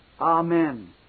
Amen